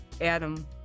Adam